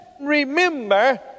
remember